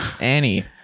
Annie